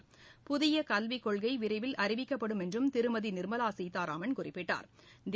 புதிய கல்விக்கொள்கை விரைவில் அறிவிக்கப்படும் என்றும் திருமதி நிர்மலா கோராமன் குறிப்பிட்டா்